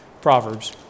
Proverbs